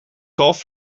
kalf